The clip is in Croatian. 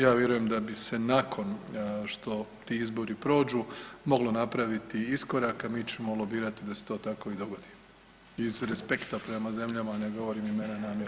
Ja vjerujem da bi se nakon što ti izbori prođu mogao napraviti iskorak, a mi ćemo lobirati da se to tako i dogodi iz respekta prema zemljama, ne govorim imena namjerno.